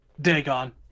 Dagon